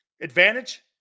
Advantage